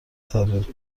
تبدیل